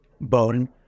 bone